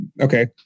okay